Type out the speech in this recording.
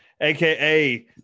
aka